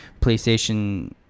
playstation